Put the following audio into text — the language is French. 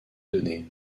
données